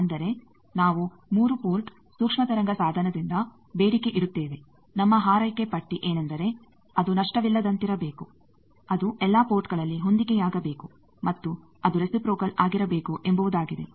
ಅಂದರೆ ನಾವು 3 ಪೋರ್ಟ್ ಸೂಕ್ಷ್ಮ ತರಂಗ ಸಾಧನದಿಂದ ಬೇಡಿಕೆಯಿಡುತ್ತೇವೆ ನಮ್ಮ ಹಾರೈಕೆ ಪಟ್ಟಿ ಏನೆಂದರೆ ಅದು ನಷ್ಟವಿಲ್ಲದಂತಿರಬೇಕು ಅದು ಎಲ್ಲಾ ಪೋರ್ಟ್ಗಳಲ್ಲಿ ಹೊಂದಿಕೆಯಾಗಬೇಕು ಮತ್ತು ಅದು ರೆಸಿಪ್ರೋಕಲ್ ಆಗಿರಬೇಕು ಎಂಬುವುದಾಗಿದೆ